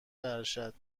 ارشد